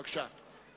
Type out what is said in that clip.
בבקשה.